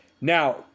Now